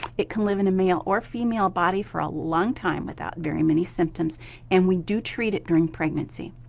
it can live in a male or female body for a long time without very many symptoms and we do treat it during pregnancy.